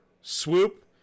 Swoop